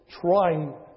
trying